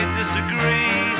disagree